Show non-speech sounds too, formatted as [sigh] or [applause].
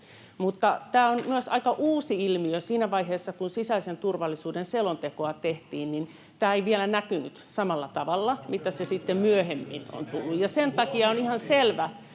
tämä on myös aika uusi ilmiö. Siinä vaiheessa, kun sisäisen turvallisuuden selontekoa tehtiin, niin tämä ei vielä näkynyt samalla tavalla [noise] kuin se sitten myöhemmin on tullut. Ja sen takia on ihan selvä,